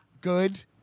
good